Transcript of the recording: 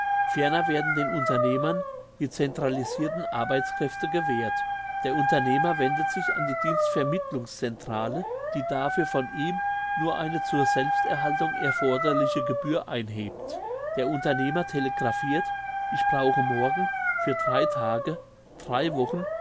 ferner werden den unternehmern die centralisirten arbeitskräfte gewährt der unternehmer wendet sich an die dienstvermittlungs centrale die dafür von ihm nur eine zur selbsterhaltung erforderliche gebühr einhebt der unternehmer telegraphirt ich brauche morgen für drei tage drei wochen